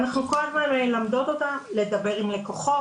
אנחנו כל הזמן מלמדות אותן לדבר עם לקוחות,